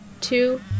two